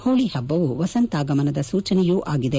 ಹೋಳಿ ಹಬ್ಲವು ವಸಂತಾಗಮನದ ಸೂಚನೆಯೂ ಆಗಿದೆ